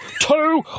two